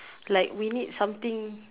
like we need something